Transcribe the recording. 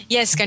Yes